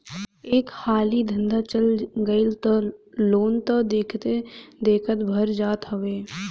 एक हाली धंधा चल गईल तअ लोन तअ देखते देखत भरा जात हवे